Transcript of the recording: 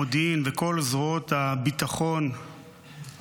המודיעין וכל זרועות הביטחון מוכיחים